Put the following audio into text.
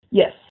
Yes